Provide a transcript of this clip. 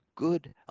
good